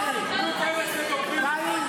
היו כאלה שתומכים בהשתמטות והיו כאלה שתומכים בחיילים.